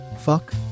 Fuck